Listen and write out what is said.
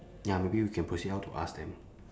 ya maybe we can proceed out to ask them